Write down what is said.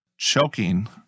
Choking